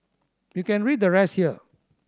you can read the rest here